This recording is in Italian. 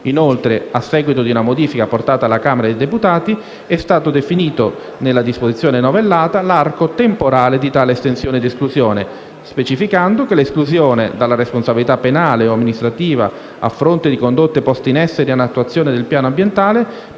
inoltre, a seguito di una modifica apportata alla Camera dei deputati, è stato definito, nella disposizione novellata, l'arco temporale di tale estensione di esclusione, specificando che l'esclusione dalla responsabilità penale o amministrativa a fronte di condotte poste in essere in attuazione del piano ambientale,